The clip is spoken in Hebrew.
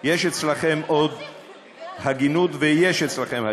יש אצלכם עוד הגינות, ויש אצלכם הגינות,